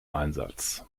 einsatz